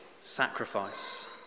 sacrifice